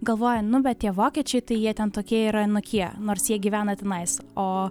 galvoja nu bet tie vokiečiai tai jie ten tokie ir anokie nors jie gyvena tenais o